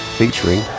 featuring